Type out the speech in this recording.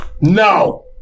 No